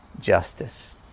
justice